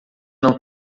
não